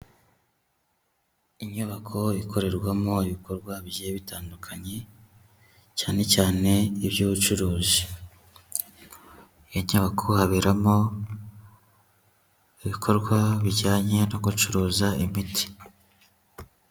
Inyubako ikorerwamo ibikorwa bigiye bitandukanye cyane cyane iby'ubucuruzi. Birakekwa ko haberamo ibikorwa bijyanye no gucuruza imiti.